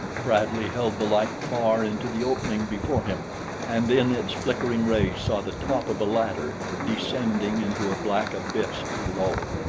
bradley held the light far into the opening before him and in its flickering rays saw the top of a ladder descending into a black abyss below.